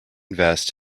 vest